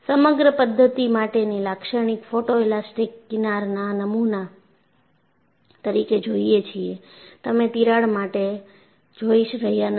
સમગ્ર પદ્ધતિ માટેની લાક્ષણિક ફોટોએલાસ્ટિક કિનારના નમુના તરીકે જોઈએ છીએ તમે તિરાડ માટે જોઈ રહ્યા નથી